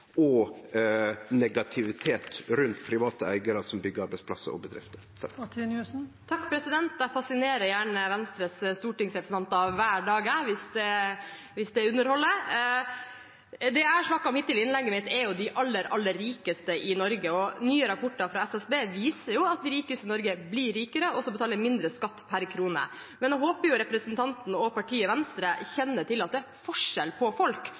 og negativitet rundt private eigarar som byggjer arbeidsplassar og bedrifter? Jeg fascinerer gjerne Venstres stortingsrepresentanter hver dag hvis det underholder. Det jeg har snakket om i innlegget mitt, er de aller, aller rikeste i Norge. Nye rapporter fra SSB viser jo at de rikeste i Norge blir rikere – og også betaler mindre skatt per krone. Men jeg håper representanten og partiet Venstre kjenner til at det er forskjell på folk,